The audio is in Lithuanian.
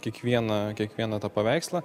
kiekvieną kiekvieną tą paveikslą